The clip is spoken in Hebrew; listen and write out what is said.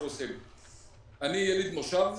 אני יליד מושב,